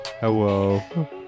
Hello